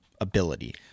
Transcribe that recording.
ability